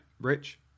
Rich